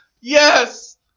Yes